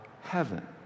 heaven